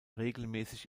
regelmäßig